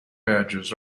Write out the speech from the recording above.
badges